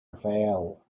raphael